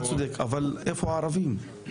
אתה צודק, אבל איפה הערבים?